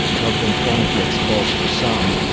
not being chronically exposed to sun.